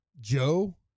Joe